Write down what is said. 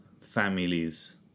families